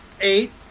eight